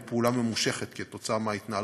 היא פעולה ממושכת כתוצאה מההתנהלות